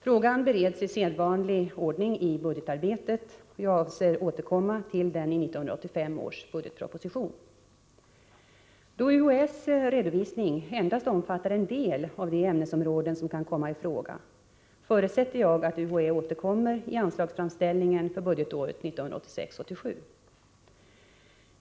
Frågan bereds i sedvanlig ordning i budgetarbetet. Jag avser att återkomma till den i 1985 års budgetproposition. Då UHÄ:s redovisning endast omfattar en del av de ämnesområden som kan komma i fråga, förutsätter jag att UHÄ återkommer i anslagsframställningen för budgetåret 1986/87.